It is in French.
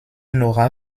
n’aura